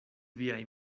viaj